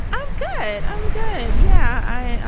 i'm good. i'm good. yeah, i am.